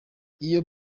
iyo